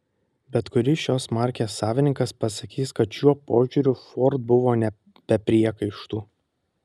bet kuris šios markės savininkas pasakys kad šiuo požiūriu ford buvo ne be priekaištų